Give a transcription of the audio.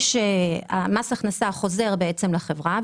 זה שמס הכנסה חוזר לחברה,